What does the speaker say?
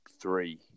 three